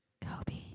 Kobe